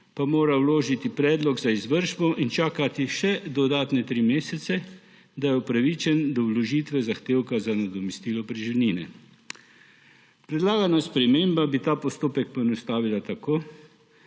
pa mora vložiti predlog za izvršbo in čakati še dodatne tri mesece, da je upravičen do vložitve zahtevka za nadomestilo preživnine. Predlagana sprememba bi ta postopek poenostavila tako,